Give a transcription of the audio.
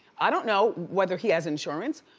i don't know whether he has insurance.